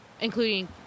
including